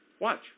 Watch